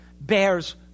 bears